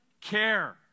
care